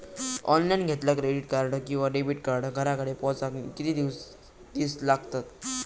Online घेतला credit card किंवा debit card घराकडे पोचाक कितके दिस लागतत?